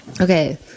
Okay